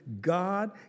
God